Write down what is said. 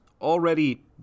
already